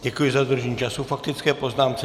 Děkuji za dodržení času k faktické poznámce.